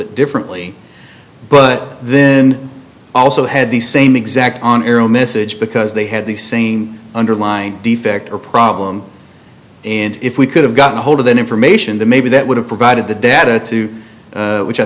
bit differently but then also had the same exact on aero message because they had the same underlying defect or problem and if we could have gotten ahold of that information the maybe that would have provided the data to which i